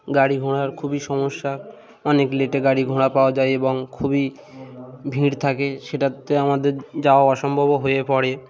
গাড়ি ঘোড়ার খুবই সমস্যা অনেক লেটে গাড়ি ঘোড়া পাওয়া যায় এবং খুবই ভিড় থাকে সেটাতে আমাদের যাওয়া অসম্ভবও হয়ে পড়ে